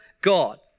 God